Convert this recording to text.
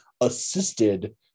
assisted